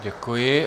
Děkuji.